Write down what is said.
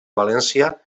valència